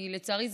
כי לצערי,